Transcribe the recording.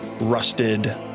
rusted